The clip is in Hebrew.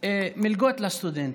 מלגות לסטודנטים.